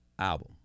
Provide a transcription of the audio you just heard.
album